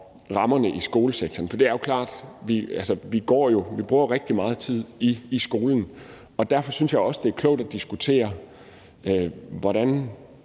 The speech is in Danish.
rammerne i skolesektoren bidrager. For det er jo klart, at vi bruger rigtig meget tid i skolen. Og derfor synes jeg også, det er klogt at diskutere, hvordan